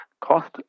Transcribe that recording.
cost